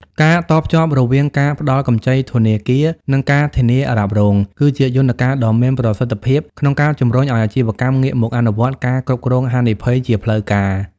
ការតភ្ជាប់រវាងការផ្ដល់កម្ចីធនាគារ និងការធានារ៉ាប់រង គឺជាយន្តការដ៏មានប្រសិទ្ធភាពក្នុងការជំរុញឱ្យអាជីវកម្មងាកមកអនុវត្តការគ្រប់គ្រងហានិភ័យជាផ្លូវការ។